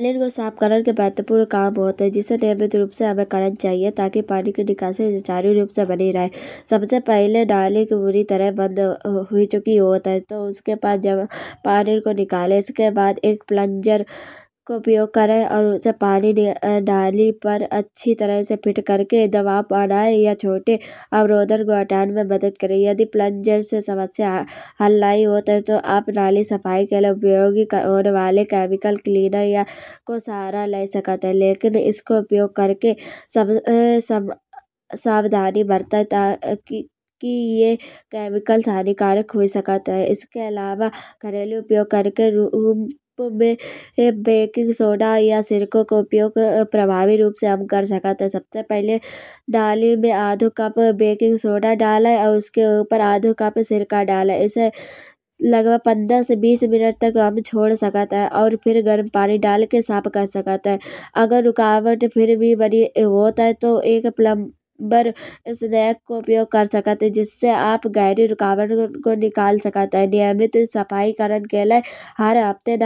नालियाँ को साफ करन को महत्वपूर्ण काम होत है। जिसे नियमित रूप से हामे करन चाहिये। ताकी पानी की निकासी सुचारू रूप से बनी रह। सबसे पहिले नाली पूरी तरह बंद हुई चुकि होत है। तो उसके बाद जब पानी को निकालने के बाद एक प्लंजर को उपयोग करे। और उससे पानि नाली पर अच्छी तरह से फिट करके दबाव बनाये या छोटे अवरोधन को हटाये मे मदद करे। यदि प्लंजर से समस्या हल नही होत है तो आप नाली सफाई के लिए उपयोगी करन वाले केमिकल क्लिनर या को सहारा लाये सकत है। इसको उपयोग करके सावधानी बरते ताकि ये केमिकल हानिकारक हुई सकत है। इसके अलावा घरेलू उपयोग करके रूम मे बेकिंग सोडा या सिरको को उपयोग हम प्रभावी रूप से हम कर सकत है। सबसे पहिले नाली मे आधो कप बेकिंग सोडा डाले और उसके उपर आधो कप सिरका डाले। इसे लगभग हम पंद्रह से बीस मिनट तक छोड़ सकत है। और फिर गरम पानी डाल के साफ कर सकत है। अगर रुकावट फिर भी बनी होत है तो एक प्लम्बर स्नेक को उपयोग कर सकत है। जिससे आप गहरेन कामन को निकाल सकत है। नियमित सफाई करन के लै हर हफ्ते